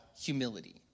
humility